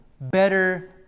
better